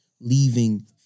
leaving